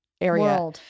area